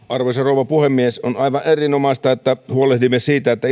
arvoisa rouva puhemies on aivan erinomaista että huolehdimme siitä että